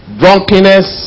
drunkenness